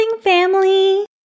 family